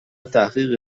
تحقیقی